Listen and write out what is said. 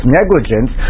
negligence